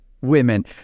women